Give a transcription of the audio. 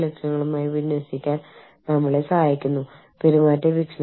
എല്ലാ സ്ഥാപനങ്ങളുടെയും യൂണിയൻ കരാറുകളും അവയുടെ വ്യതിയാനങ്ങളുടെയും ട്രാക്ക് സൂക്ഷിക്കുന്നു